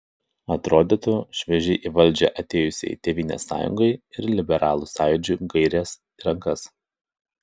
atrodytų šviežiai į valdžią atėjusiai tėvynės sąjungai ir liberalų sąjūdžiui gairės į rankas